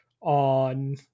on